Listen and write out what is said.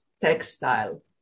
textile